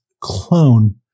clone